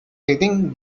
sitting